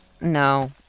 No